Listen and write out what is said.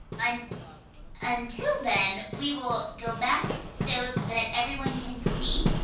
um until then, we will go back so that everyone can see.